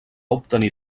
obtenir